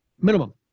minimum